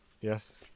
Yes